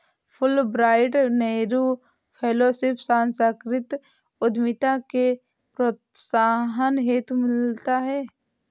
Fulbright Nehru fellowship सांस्कृतिक उद्यमिता के प्रोत्साहन हेतु मिलता है